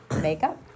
makeup